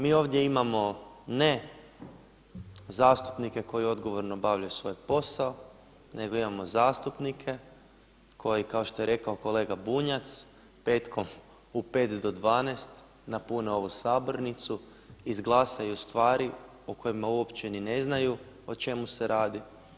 Mi ovdje imamo ne zastupnike koji odgovorno obavljaju svoj posao, nego imamo zastupnike koji kao što je rekao kolega Bunjac petkom u 5 do 12 napune ovu sabornicu, izglasaju stvari o kojima uopće ni ne znaju o čemu se radi.